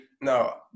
no